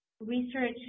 Research